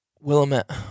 Willamette